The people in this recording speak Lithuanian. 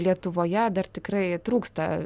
lietuvoje dar tikrai trūksta